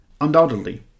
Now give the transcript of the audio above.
Undoubtedly